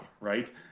right